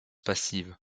passive